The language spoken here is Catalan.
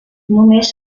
només